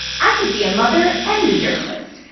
i could be a mother and a journalist.